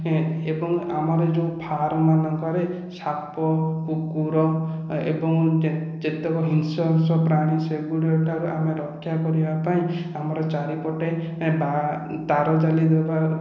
ଏବଂ ଆମର ଯେଉଁ ଫାର୍ମ ମାନଙ୍କରେ ସାପ କୁକୁର ଏବଂ ଯେତକ ହିଂସ୍ର ହିଂସ୍ର ପ୍ରାଣୀ ସେଗୁଡ଼ିକ ଠାରୁ ଆମେ ରକ୍ଷା କରିବାପାଇଁ ଆମର ଚାରି ପଟେ ତାରଜାଲି ଦେବା